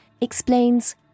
explains